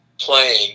playing